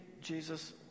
Jesus